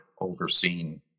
overseen